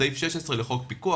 סעיף 16 לחוק פיקוח,